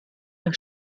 der